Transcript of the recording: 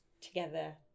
together